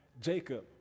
Jacob